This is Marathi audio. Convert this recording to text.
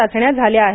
चाचण्या झाल्या आहेत